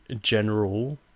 general